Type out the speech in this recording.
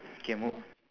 K mo~